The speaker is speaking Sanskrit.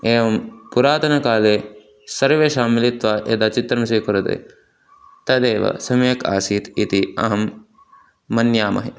एवं पुरातनकाले सर्वेषां मिलित्वा यदा चित्रं स्वीकुर्वते तदेव सम्यक् आसीत् इति अहं मन्यामहे